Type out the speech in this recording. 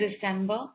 December